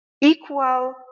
equal